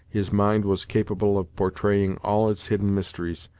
his mind was capable of portraying all its hidden mysteries,